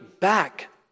back